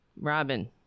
robin